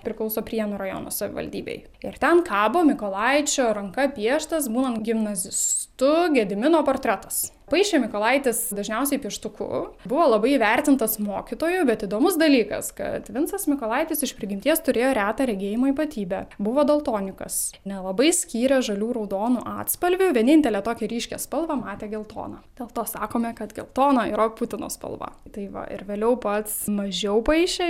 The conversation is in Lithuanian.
priklauso prienų rajono savivaldybei ir ten kabo mikolaičio ranka pieštas būnant gimnazistu gedimino portretas paišė mykolaitis dažniausiai pieštuku buvo labai įvertintas mokytojo bet įdomus dalykas kad vincas mykolaitis iš prigimties turėjo retą regėjimo ypatybę buvo daltonikas nelabai skyrė žalių raudonų atspalvių vienintelę tokią ryškią spalvą matė geltoną dėl to sakome kad geltona yra putino spalva tai va ir vėliau pats mažiau paišė